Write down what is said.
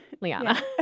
Liana